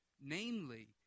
namely